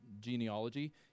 genealogy